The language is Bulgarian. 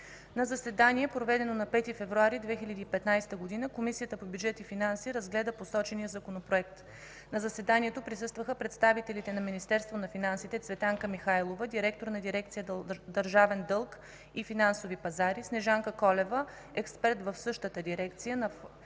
На заседание, проведено на 5 февруари 2015 г., Комисията по бюджет и финанси разгледа посочения Законопроект. На заседанието присъстваха представителите на Министерство на финансите: Цветанка Михайлова – директор на дирекция „Държавен дълг и финансови пазари”, Снежанка Колева – експерт в същата дирекция, на Фонда